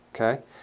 okay